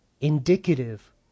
indicative